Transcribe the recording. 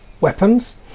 weapons